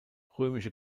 römische